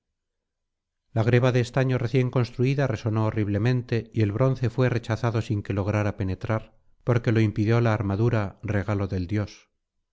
la greba de estaño recién construida resonó horriblemente y el bronce fué rechazado sin que lograra penetrar porque lo impidió la armadura regalo del dios